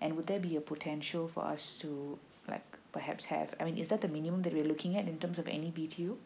and would there be a potential for us to like perhaps have i mean is that the minimum that we're looking at in terms of any B_T_O